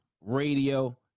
radio